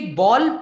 ball